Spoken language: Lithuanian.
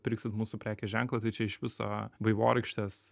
pirksit mūsų prekės ženklą tai čia iš viso vaivorykštės